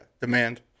demand